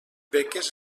beques